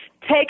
take